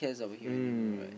mm